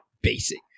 basic